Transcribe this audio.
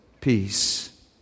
peace